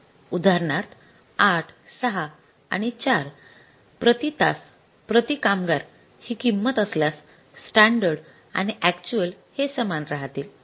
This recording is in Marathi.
उदाहरणार्थ ८ ६ आणि ४ प्रति तास प्रति कामगार ही किंमत असल्यास स्टॅंडर्ड आणि अक्यचुअल हे समान राहतील